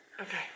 Okay